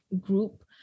group